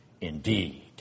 indeed